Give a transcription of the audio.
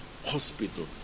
Hospital